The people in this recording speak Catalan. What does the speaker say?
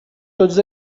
tots